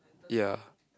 ya